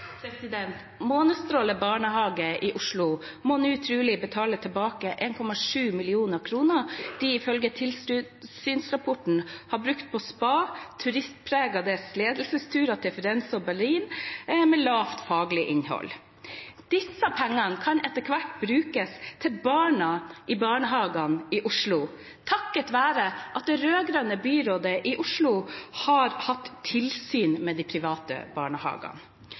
barnehage i Oslo må nå trolig betale tilbake 1,7 mill. kr, som de, ifølge tilsynsrapporten, har brukt på spa og turistpregede ledelsesturer til Firenze og Berlin med lite faglig innhold. Disse pengene kan etter hvert brukes på barna i barnehagene i Oslo, takket være at det rød-grønne byrådet i Oslo har hatt tilsyn med de private barnehagene.